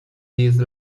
these